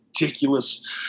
ridiculous